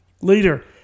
Later